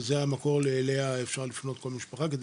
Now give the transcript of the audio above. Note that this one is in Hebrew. זה המקור אליו יכולה לפנות כל משפחה כדי